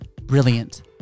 brilliant